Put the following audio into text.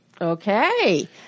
okay